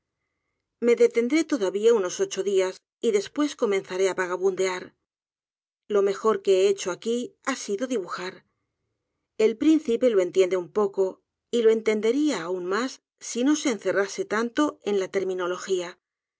me detendré todavía unos ocho dias y después comenzare á vagabundear lo mejor que he hecho aqui ha sido dibujar el príncipe lo entiende un poco y lo entendería aun más si no se encerrase tanto en la